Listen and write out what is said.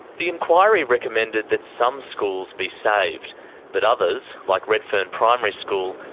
the inquiry recommended that some schools be saved but others, like redfern primary school,